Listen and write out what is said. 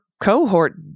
cohort